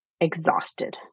exhausted